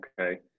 Okay